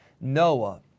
Noah